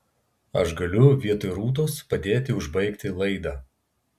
aš galiu vietoj rūtos padėti užbaigti laidą